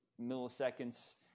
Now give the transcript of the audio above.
milliseconds